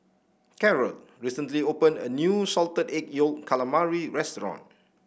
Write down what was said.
Karol recently opened a new Salted Egg Yolk Calamari restaurant